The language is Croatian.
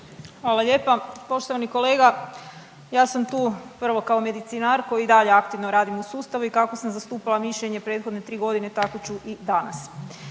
Hvala lijepa. Poštovani kolega, ja sam tu prvo kao medicinar koji i dalje aktivno radim u sustavu i kako sam zastupala mišljenje prethodne tri godine, tako ću i danas.